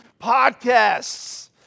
Podcasts